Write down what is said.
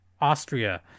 Austria